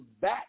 back